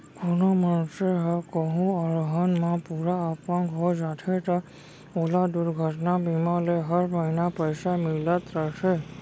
कोनों मनसे ह कोहूँ अलहन म पूरा अपंग हो जाथे त ओला दुरघटना बीमा ले हर महिना पइसा मिलत रथे